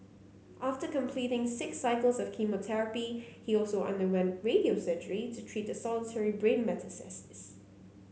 after completing six cycles of chemotherapy he also underwent radio surgery to treat the solitary brain metastasis